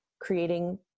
creating